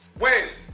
wins